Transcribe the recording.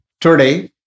Today